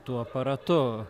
tuo aparatu